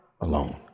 alone